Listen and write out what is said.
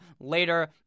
later